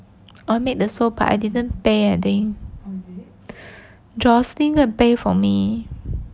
oh made the sole part I didn't pay I think jocelyn go and pay for me